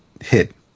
hit